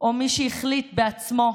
או מי שהחליטו בעצמם